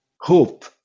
hope